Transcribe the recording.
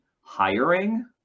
hiring